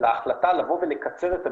להחלטה לקצר את הבידודים,